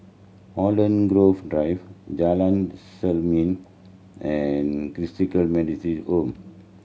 Holland Grove Drive Jalan Selimang and Christalite Methodist Home